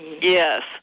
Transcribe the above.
Yes